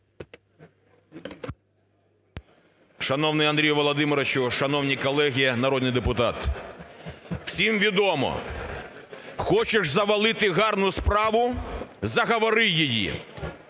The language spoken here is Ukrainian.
Шановний Андрію Володимировичу, шановні колеги народні депутати! Всім відомо: хочеш завалити гарну справу – заговори її.